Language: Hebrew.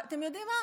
אתם יודעים מה?